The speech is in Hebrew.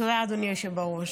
תודה, אדוני היושב בראש.